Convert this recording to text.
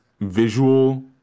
visual